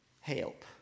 help